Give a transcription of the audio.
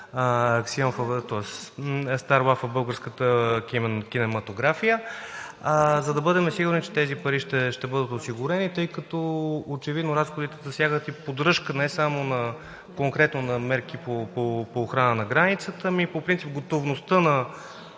стар лаф от българската кинематография. За да бъдем сигурни, че тези пари ще бъдат осигурени, тъй като очевидно разходите засягат и поддръжка, не само конкретно на мерки по охрана на границата, ами по принцип готовността